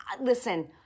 listen